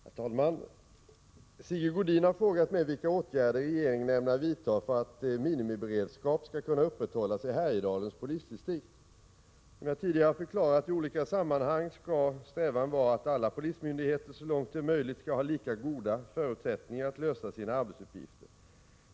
Herr talman! Sigge Godin har frågat mig vilka åtgärder regeringen ämnar vidta för att minimiberedskap skall kunna upprätthållas i Härjedalens polisdistrikt. Som jag tidigare har förklarat i olika sammanhang skall strävan vara att alla polismyndigheter så långt det är möjligt skall ha lika goda förutsättningar att lösa sina arbetsuppgifter.